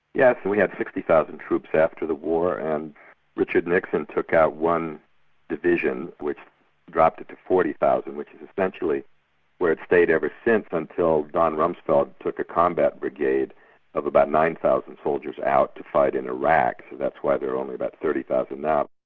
yes, we had sixty thousand troops after the war and richard nixon took out one division which dropped it to forty thousand which is essentially where it's stayed ever since, until donald rumsfeld took a combat brigade of about nine thousand soldiers out to fight in iraq, so that's why there are only about thirty thousand now.